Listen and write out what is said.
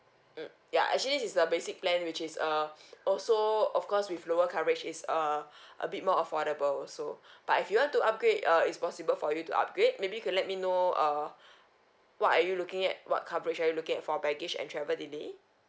mm ya actually this is the basic plan which is a also of course with lower coverage is a a bit more affordable so but if you want to upgrade uh is possible for you to upgrade maybe you can let me know err what are you looking at what coverage are you looking at for baggage and travel delay